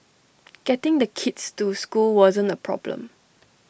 getting the kids to school wasn't A problem